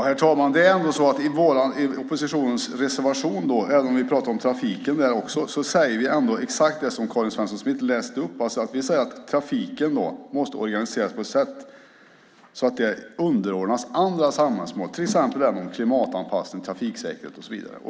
Herr talman! I oppositionens reservation - även om vi också där pratar om trafik - säger vi ändå exakt det som Karin Svensson Smith läste upp, nämligen att trafiken måste organiseras så att den underordnas andra samhällsmål, till exempel klimatanpassning, trafiksäkerhet och så vidare.